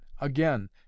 again